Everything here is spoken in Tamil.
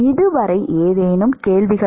இதுவரை ஏதேனும் கேள்விகள்